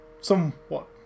somewhat